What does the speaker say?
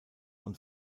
und